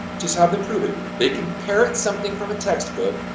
just have them prove it! they can parrot something from a text book,